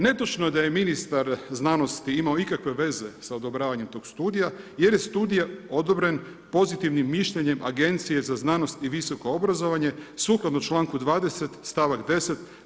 Netočno je da je ministar znanosti imao ikakve veze za odobravanjem tog studija jer je studij odobren pozitivnim mišljenjem Agencije za znanost i visoko obrazovanje sukladno članku 20. stavak 10.